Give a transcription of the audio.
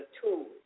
tools